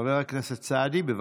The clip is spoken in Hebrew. חבר הכנסת סעדי, בבקשה.